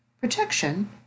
protection